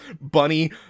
Bunny